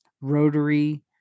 rotary